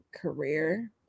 career